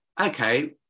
okay